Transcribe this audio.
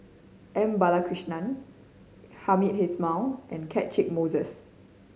M Balakrishnan Hamed Ismail and Catchick Moses